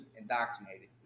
indoctrinated